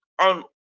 on